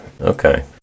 Okay